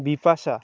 Bipasha